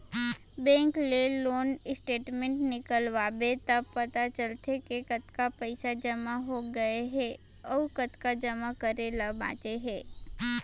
bank ले loan statement निकलवाबे त पता चलथे के कतका पइसा जमा हो गए हे अउ कतका जमा करे ल बांचे हे